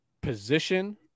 position